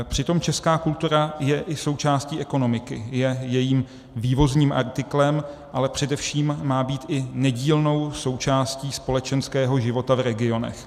Přitom česká kultura je i součástí ekonomiky, je jejím vývozním artiklem, ale především má být i nedílnou součástí společenského života v regionech.